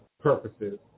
purposes